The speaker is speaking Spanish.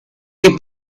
que